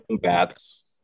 bats